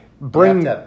bring